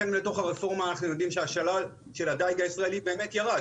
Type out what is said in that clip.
אנחנו יודעים ששלל הדיג הישראלי באמת ירד,